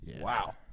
Wow